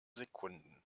sekunden